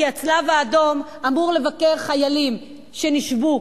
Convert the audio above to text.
כי הצלב-האדום אמור לבקר חיילים שנשבו,